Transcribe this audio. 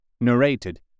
narrated